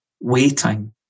waiting